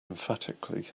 emphatically